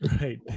Right